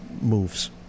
moves